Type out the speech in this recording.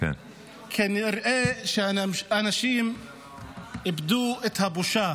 כנראה שאנשים איבדו את הבושה.